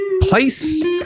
Place